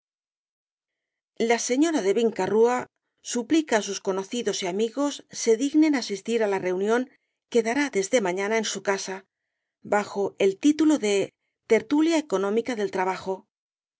la señora de vinca rúa suplica á sus conocidos y amigos se dignen asistir á la reunión que dará desde mañana en su casa bajo el título de tertulia económica del trabajo